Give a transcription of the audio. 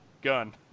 gun